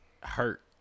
hurt